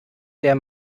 der